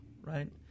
right